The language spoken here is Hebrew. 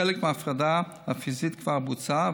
חלק מההפרדה הפיזית כבר בוצעה,